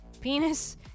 Penis